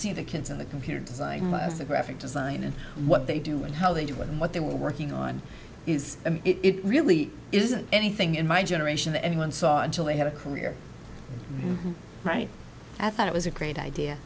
see the kids in the computer design my graphic design and what they do and how they do with what they're working on it really isn't anything in my generation that anyone saw until they have a career right i thought it was a great idea